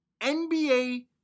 NBA